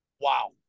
wow